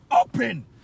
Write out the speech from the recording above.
open